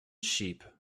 sheep